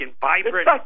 vibrant